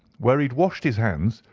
where he had washed his hands,